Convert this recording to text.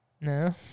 No